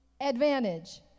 advantage